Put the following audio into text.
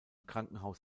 krankenhaus